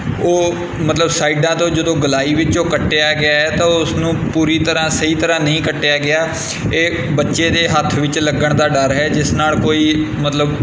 ਉਹ ਮਤਲਬ ਸਾਈਡਾਂ ਤੋਂ ਜਦੋਂ ਗੋਲਾਈ ਵਿੱਚੋਂ ਕੱਟਿਆ ਗਿਆ ਤਾਂ ਉਸਨੂੰ ਪੂਰੀ ਤਰ੍ਹਾਂ ਸਹੀ ਤਰ੍ਹਾਂ ਨਹੀਂ ਕੱਟਿਆ ਗਿਆ ਇਹ ਬੱਚੇ ਦੇ ਹੱਥ ਵਿੱਚ ਲੱਗਣ ਦਾ ਡਰ ਹੈ ਜਿਸ ਨਾਲ ਕੋਈ ਮਤਲਬ